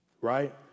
Right